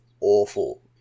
awful